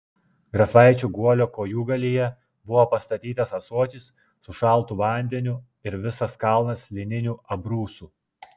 grafaičio guolio kojūgalyje buvo pastatytas ąsotis su šaltu vandeniu ir visas kalnas lininių abrūsų